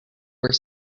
were